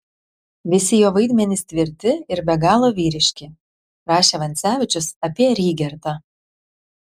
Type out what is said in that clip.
visi jo vaidmenys tvirti ir be galo vyriški rašė vancevičius apie rygertą